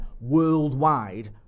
worldwide